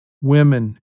women